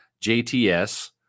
JTS